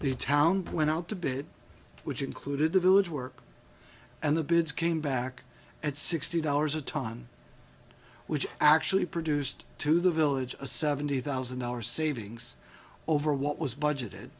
the town but went out to bid which included the village work and the bids came back at sixty dollars a ton which actually produced to the village a seventy thousand dollars savings over what was budgeted